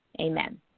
amen